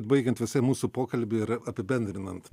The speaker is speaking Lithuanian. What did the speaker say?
baigiant visai mūsų pokalbį ir apibendrinant